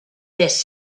this